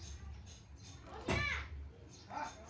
पौधा केरो पोषक तत्व क बहुत तरह सें रासायनिक खाद द्वारा बढ़ैलो जाय छै